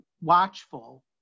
watchful